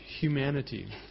humanity